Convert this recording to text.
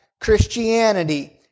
Christianity